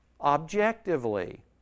objectively